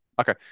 Okay